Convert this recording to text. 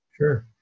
Sure